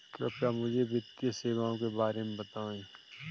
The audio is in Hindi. कृपया मुझे वित्तीय सेवाओं के बारे में बताएँ?